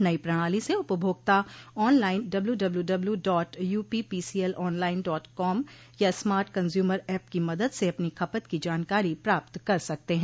नई प्रणाली से उपभोक्ता ऑन लाइन डब्ल्यूडब्ल्यूडब्ल्यू dot UPPCL online dot com या स्मार्ट कंज्यूमर एप की मदद से अपनी खपत की जानकारी प्राप्त कर सकते हैं